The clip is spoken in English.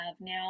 now